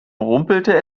rumpelte